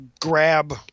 grab